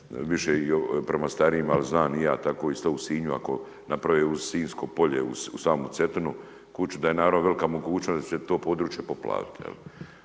više prema starijima, ali znam i ja tako isto u Sinju, ako naprave uz sinjsko polje, uz samu Cetinu, kuću, da je naravno velika mogućnost da će to područje poplaviti.